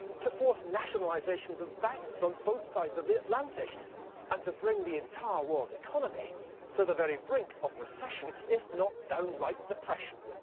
to force nationaiisations of banks on both sides of the atiantic and to bring the entire worid economy to the very brink of and if not downright depression?